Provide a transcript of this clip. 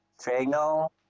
triangle